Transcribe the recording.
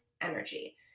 energy